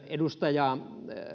edustaja